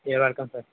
you are welcome sir